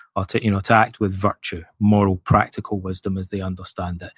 or to you know to act with virtue, moral practical wisdom as they understand it.